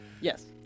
yes